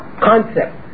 concept